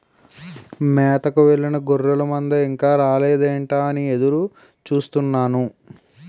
మేతకు వెళ్ళిన గొర్రెల మంద ఇంకా రాలేదేంటా అని ఎదురు చూస్తున్నాను